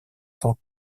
cents